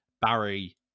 Barry